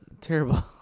terrible